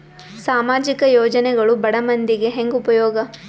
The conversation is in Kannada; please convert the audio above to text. ಸಾಮಾಜಿಕ ಯೋಜನೆಗಳು ಬಡ ಮಂದಿಗೆ ಹೆಂಗ್ ಉಪಯೋಗ?